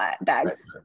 bags